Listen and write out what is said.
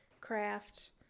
craft